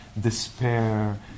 despair